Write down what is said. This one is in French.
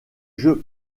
jeux